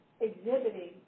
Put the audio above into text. exhibiting